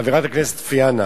חברת הכנסת פיאנה,